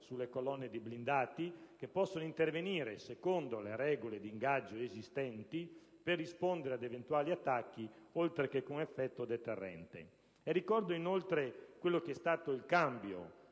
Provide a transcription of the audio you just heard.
sulle colonne di blindati ed intervenire secondo le regole d'ingaggio esistenti per rispondere ad eventuali attacchi, oltre che con effetto deterrente. Ricordo inoltre il cambio